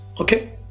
Okay